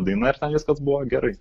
daina ir ten viskas buvo gerai